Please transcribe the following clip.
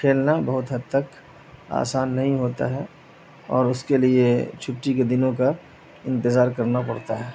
کھیلنا بہت حد تک آسان نہیں ہوتا ہے اور اس کے لیے چھٹی کے دنوں کا انتظار کرنا پڑتا ہے